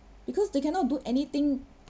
because they cannot do anything